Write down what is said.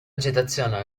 agitazione